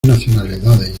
nacionalidades